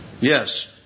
Yes